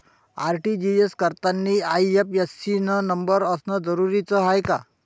RTGS करतांनी IFSC न number असनं जरुरीच हाय का?